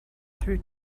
through